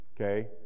okay